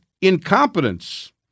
incompetence